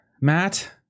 matt